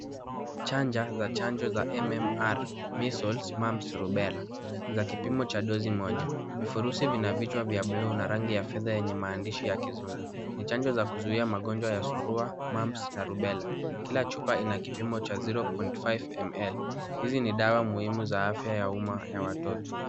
Chanja za chanjo ya a MMR. Measles, Mumps, Rubella za kipimo cha dozi moja. Vifurusi vina vichwa vya bluu na rangi ya fedha yenye maandishi ya kizungu. Ni chanjo ya kuzuia magonjwa ya Surua Mumps na Rubella kila chupa ina kipimo cha zero point five ml hizi ni dawa muhimu za afya ya umma ya watoto.